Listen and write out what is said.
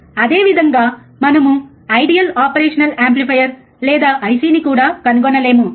అదే విధంగా మనము ఐడియల్ ఆపరేషన్ యాంప్లిఫైయర్ లేదా ఐసిని కూడా కనుగొనలేము